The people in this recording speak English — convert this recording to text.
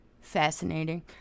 fascinating